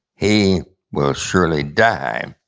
he will surely die